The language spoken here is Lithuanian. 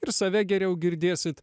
ir save geriau girdėsit